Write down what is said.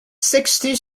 sixty